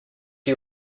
you